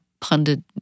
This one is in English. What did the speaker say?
pundit